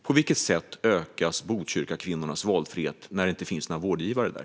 På vilket sätt ökas Botkyrkakvinnornas valfrihet när det inte finns några vårdgivare där?